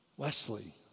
Wesley